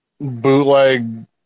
bootleg